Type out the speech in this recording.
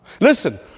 Listen